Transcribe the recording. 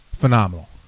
phenomenal